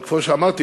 אבל כמו שאמרתי,